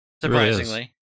Surprisingly